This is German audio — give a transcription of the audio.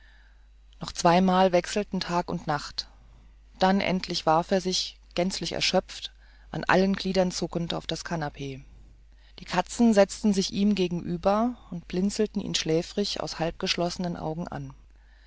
noch zwei mal wechselten tag und nacht da endlich warf er sich gänzlich erschöpft an allen gliedern zuckend auf das kanapee die katzen setzten sich ihm gegenüber und blinzelten ihn schläfrig aus halbgeschlossenen augen an